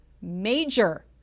major